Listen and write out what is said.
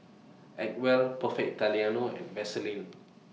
Acwell Perfect Italiano and Vaseline